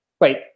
Wait